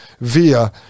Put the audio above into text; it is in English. via